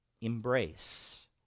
Embrace